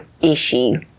issue